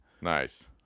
Nice